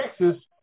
Texas